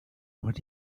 what